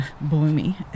bloomy